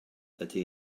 ydy